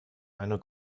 eine